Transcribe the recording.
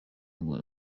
ngo